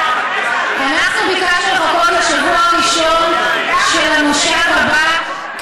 אנחנו ביקשנו לחכות לשבוע הראשון של המושב הבא.